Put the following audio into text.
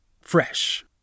fresh